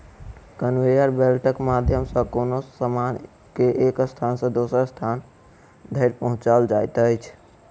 conveyor बेल्टक माध्यम सॅ कोनो सामान के एक स्थान सॅ दोसर स्थान धरि पहुँचाओल जाइत अछि